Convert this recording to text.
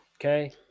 Okay